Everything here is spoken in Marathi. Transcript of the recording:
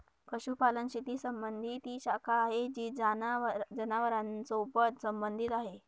पशुपालन शेती संबंधी ती शाखा आहे जी जनावरांसोबत संबंधित आहे